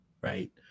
right